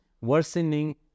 worsening